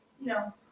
No